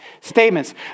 statements